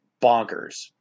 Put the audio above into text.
bonkers